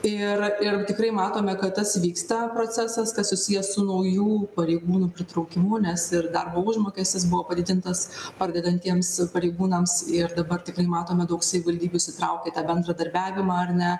ir ir tikrai matome kad tas vyksta procesas kas susiję su naujų pareigūnų pritraukimu nes ir darbo užmokestis buvo padidintas pradedantiems pareigūnams ir dabar tikrai matome daug savivaldybių įsitraukę į tą bendradarbiavimą ar ne